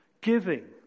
giving